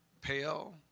Pale